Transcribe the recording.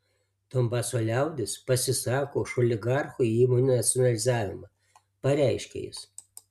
donbaso liaudis pasisako už oligarchų įmonių nacionalizavimą pareiškė jis